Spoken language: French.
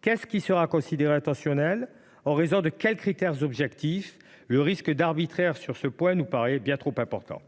Qu’est ce qui sera considéré comme intentionnel ? Selon quels critères objectifs ? Le risque d’arbitraire nous paraît bien trop important.